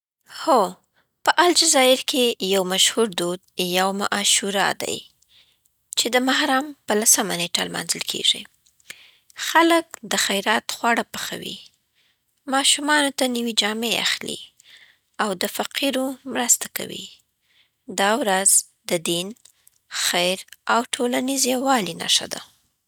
هو، په الجزایر کې یو مشهور دود یوم عاشورا دی، چې د محرم په لسمه نېټه لمانځل کېږي. خلک د خیرات خواړه پخوي، ماشومانو ته نوې جامې اخلي، او د فقیرو مرسته کوي. دا ورځ د دین، خیر، او ټولنیز یووالي نښه ده.